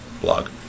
blog